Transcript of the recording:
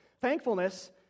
thankfulness